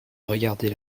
regarder